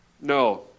No